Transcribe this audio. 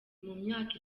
myaka